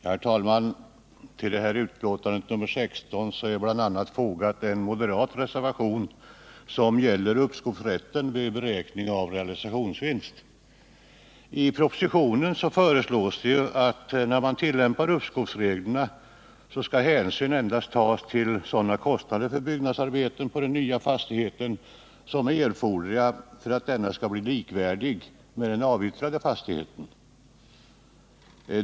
Herr talman! Vid skatteutskottets betänkande nr 16 har det bl.a. fogats en moderat reservation som gäller uppskovsrätten vid beräkning av realisationsvinsten. I propositionen föreslås att vid tillämpning av uppskovsreglerna hänsyn bör tas endast till sådana kostnader för byggnadsarbeten på den nya fastigheten som är erforderliga för att denna skall bli likvärdig med den avyttrade fastigheten.